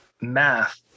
math